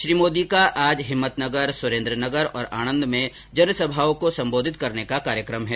श्री मोदी का आज हिम्मतनगर सुरेन्द्र नगर और आणन्द में जनसभाओं को सम्बोधित करने का कार्यक्रम है